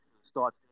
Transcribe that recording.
Start